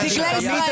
עם דגלי ישראל.